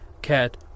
cat